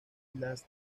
las